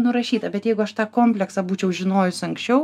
nurašyta bet jeigu aš tą kompleksą būčiau žinojus anksčiau